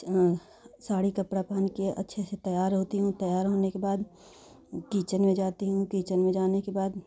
साड़ी कपड़ा पहनकर अच्छे से तैयार होती हूँ तैयार होने के बाद किचन में जाती हूँ किचन में जाने के बाद